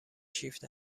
شیفت